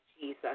Jesus